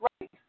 right